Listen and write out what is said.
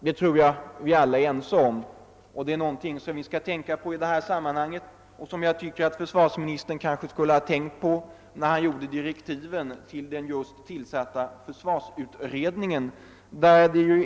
Det tror jag att vi alla är ense om. Det är någonting som vi skall tänka på i detta sammanhang, och det tycker jag också att försvarsministern skulle ha tänkt på när han skrev direktiven till den nya försvarsutredningen.